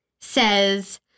says